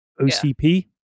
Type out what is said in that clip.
OCP